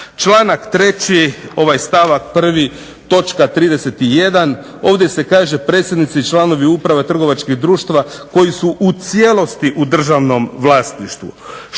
Članak 3. stavak 1. točka 31. ovdje se kaže: "Predsjednici članovi uprava trgovačkih društava koji su u cijelosti u državnom vlasništvu".